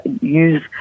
use